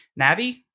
Navi